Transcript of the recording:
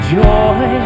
joy